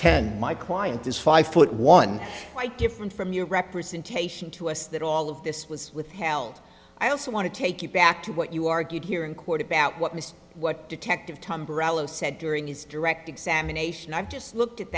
ten my client is five foot one quite different from your representation to us that all of this was withheld i also want to take you back to what you argued here in court about what mr what detective tamburello said during his direct examination i just looked at